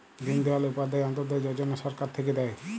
দিন দয়াল উপাধ্যায় অন্ত্যোদয় যজনা সরকার থাক্যে দেয়